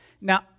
Now